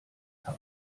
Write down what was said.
kam